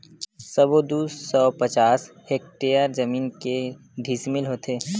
सबो दू सौ पचास हेक्टेयर जमीन के डिसमिल होथे?